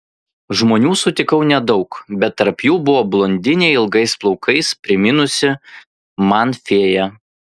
žmonių sutikau nedaug bet tarp jų buvo blondinė ilgais plaukais priminusi man fėją